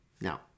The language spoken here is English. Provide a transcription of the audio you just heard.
Now